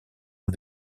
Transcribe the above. uns